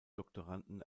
doktoranden